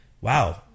Wow